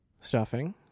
Stuffing